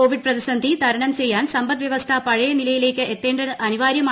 Covid പ്രതിസന്ധി തരണം ചെയ്യാൻ സമ്പദ് വ്യവസ്ഥ പഴയ നിലയിലേക്ക് എത്തേണ്ടത് അനിവാര്യമാണ്